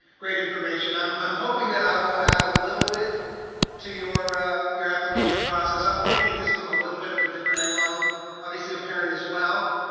great information. i'm i'm hoping that i will add a little bit to your your application process. i'm looking at this from a little bit of a different angle. i'm obviously a parent as well.